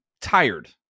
tired